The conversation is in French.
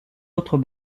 autres